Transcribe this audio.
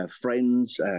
friends